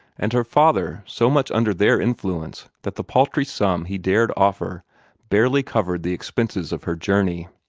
and her father so much under their influence that the paltry sum he dared offer barely covered the expenses of her journey.